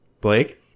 Blake